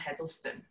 Hiddleston